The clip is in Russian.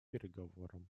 переговорам